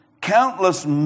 Countless